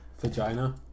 vagina